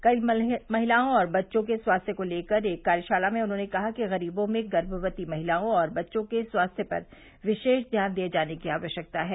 कल महिलाओं और बच्चों के स्वास्थ्य को लेकर आयोजित एक कार्यशाला में उन्होंने कहा कि गरीबों में गर्मवती महिलाओं और बच्चों के स्वास्थ्य पर विशेष ध्यान दिये जाने की आवश्यकता है